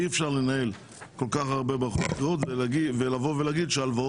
אי אפשר לנהל כל כך הרבה מערכות בחירות ולומר שההלוואות